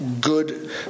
good